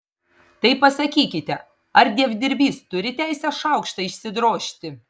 tai pasakykite ar dievdirbys turi teisę šaukštą išsidrožti